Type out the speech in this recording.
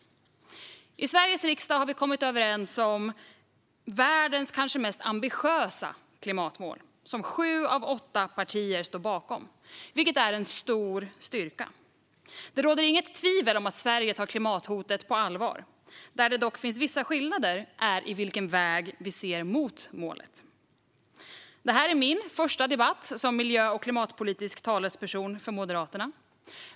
I Sveriges riksdag har vi kommit överens om världens kanske mest ambitiösa klimatmål, som sju av åtta partier står bakom, vilket är en stor styrka. Det råder inget tvivel om att Sverige tar klimathotet på allvar. Där det dock finns vissa skillnader är i vilken väg vi ser mot målet. Det här är min första debatt som miljö och klimatpolitisk talesperson för Moderaterna.